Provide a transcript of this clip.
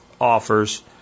offers